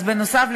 אז בנוסף,